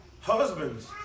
Husbands